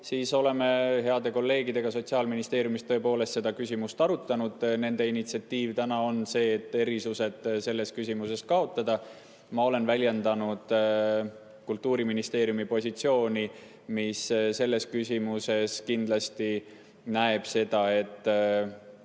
siis oleme heade kolleegidega Sotsiaalministeeriumis seda küsimust arutanud. Nende initsiatiiv on see, et erisused selles küsimuses tuleks kaotada. Ma olen väljendanud Kultuuriministeeriumi positsiooni, mis selles küsimuses kindlasti näeb ette, et